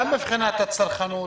גם מבחינת הצרכנות,